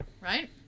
right